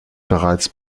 bereits